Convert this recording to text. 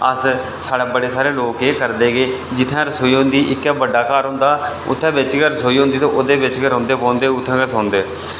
अस साढ़े बड़े सारे लोक केह् करदे कि जित्थै रसोई होंदी इक्कै बड्डा घर होंदा ओह्दे बिच गै रसोई होंदी ते ओह्दे बिच गै रौंह्दे बौंह्दे उत्थै गै सौंदे